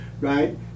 right